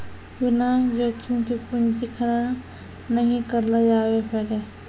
बिना जोखिम के पूंजी खड़ा नहि करलो जावै पारै